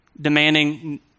demanding